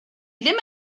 ddim